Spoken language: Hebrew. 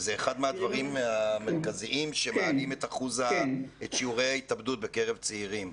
שזה אחד מהדברים המרכזיים שמעלים את שיעורי ההתאבדות בקרב צעירים.